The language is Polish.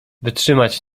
wytrzymać